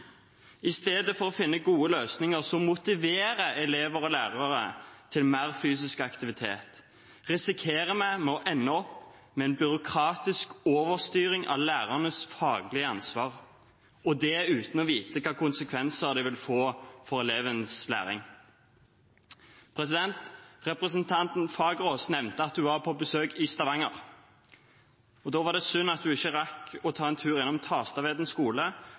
I stedet for å finne gode løsninger som motiverer elever og lærere til mer fysisk aktivitet, risikerer vi å ende opp med en byråkratisk overstyring av lærernes faglige ansvar, og det uten å vite hvilke konsekvenser det vil få for elevens læring. Representanten Fagerås nevnte at hun var på besøk i Stavanger. Det var synd hun ikke rakk å ta seg en tur innom Tastaveden skole,